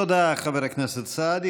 תודה לחבר הכנסת סעדי.